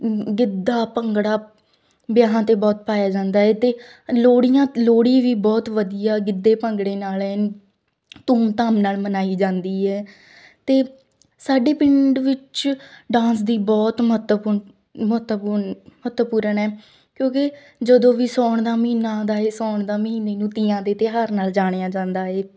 ਗਿੱਧਾ ਭੰਗੜਾ ਵਿਆਹਾਂ 'ਤੇ ਬਹੁਤ ਪਾਇਆ ਜਾਂਦਾ ਏ ਅਤੇ ਲੋਹੜੀਆਂ ਲੋਹੜੀ ਵੀ ਬਹੁਤ ਵਧੀਆ ਗਿੱਧੇ ਭੰਗੜੇ ਨਾਲ਼ ਐਨ ਧੂਮ ਧਾਮ ਨਾਲ਼ ਮਨਾਈ ਜਾਂਦੀ ਹੈ ਅਤੇ ਅਤੇ ਸਾਡੇ ਪਿੰਡ ਵਿੱਚ ਡਾਂਸ ਦੀ ਬਹੁਤ ਮਹੱਤਵਪੂਰਨ ਮਹੱਤਵਪੂਰਨ ਮਹੱਤਵਪੂਰਨ ਹੈ ਕਿਉਂਕਿ ਜਦੋਂ ਵੀ ਸਾਉਣ ਦਾ ਮਹੀਨਾ ਆਉਂਦਾ ਏ ਸਾਉਣ ਦਾ ਮਹੀਨੇ ਨੂੰ ਤੀਆਂ ਦੇ ਤਿਉਹਾਰ ਨਾਲ਼ ਜਾਣਿਆ ਜਾਂਦਾ ਏ